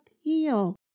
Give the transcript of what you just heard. appeal